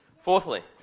Fourthly